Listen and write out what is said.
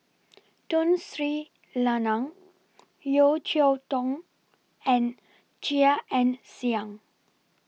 Tun Sri Lanang Yeo Cheow Tong and Chia Ann Siang